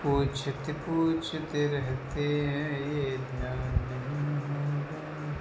पूछते पूछते रहते हैं ये ध्यान नहीं होगा